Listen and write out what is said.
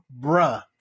Bruh